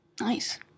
nice